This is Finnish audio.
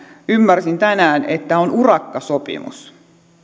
ymmärsin tänään että rajana on urakkasopimus